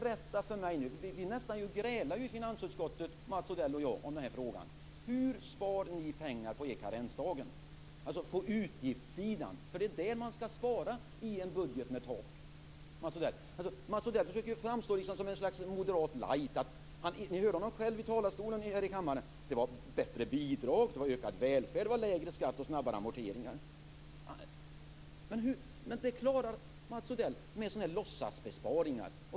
Mats Odell och jag grälade ju nästan i finansutskottet om den här frågan. Hur spar ni pengar på utgiftssidan på er karensdag? Det är där man skall spara i en budget med tak. Mats Odell försöker framstå som ett slags moderat light. Ni hörde honom i talarstolen här i kammaren. Det var bättre bidrag, ökad välfärd, lägre skatt och snabbare amorteringar. Det klarar Mats Odell med sådana här låtsasbesparingar.